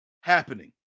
happening